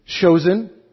chosen